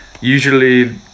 usually